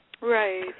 Right